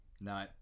No